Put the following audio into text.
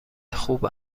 خوب